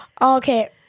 Okay